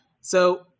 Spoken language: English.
So-